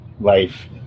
life